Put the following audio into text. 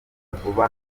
vuba